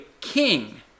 king